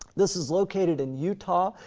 this is located in utah.